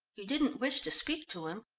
you didn't wish to speak to him?